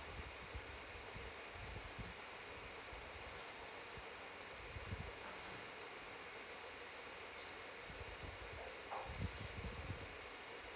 ya